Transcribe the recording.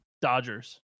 Dodgers